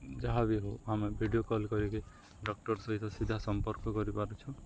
ଯାହା ବିି ହଉ ଆମେ ଭିଡ଼ିଓ କଲ୍ କରିକି ଡକ୍ଟର ସହିତ ସିଧା ସମ୍ପର୍କ କରିପାରୁଛୁ